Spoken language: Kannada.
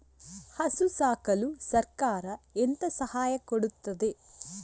ಹಸು ಸಾಕಲು ಸರಕಾರ ಎಂತ ಸಹಾಯ ಕೊಡುತ್ತದೆ?